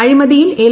അഴിമതിയിൽ എൽ